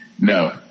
No